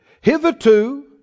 Hitherto